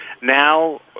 now